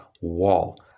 wall